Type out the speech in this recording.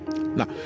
now